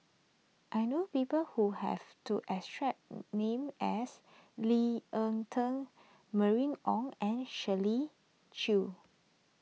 I know people who have to extract name as Lee Ek Tieng Mylene Ong and Shirley Chew